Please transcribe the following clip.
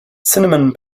cinnamon